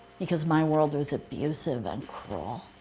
because my world is abusive and cruel. all